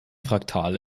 fraktal